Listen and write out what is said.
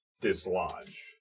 dislodge